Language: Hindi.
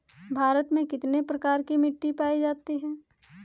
भारत में कितने प्रकार की मिट्टी पाई जाती है?